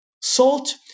salt